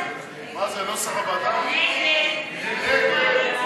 ההסתייגות של חבר הכנסת חיים ילין לסעיף 24 לא נתקבלה.